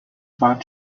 bahn